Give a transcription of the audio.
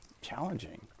challenging